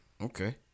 Okay